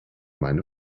meine